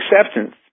acceptance